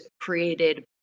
created